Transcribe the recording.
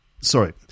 Sorry